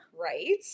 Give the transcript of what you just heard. Right